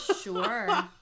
Sure